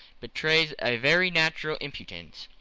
betrays a very natural impatience